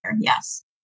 yes